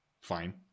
Fine